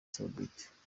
saoudite